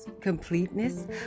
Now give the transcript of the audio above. completeness